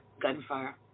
gunfire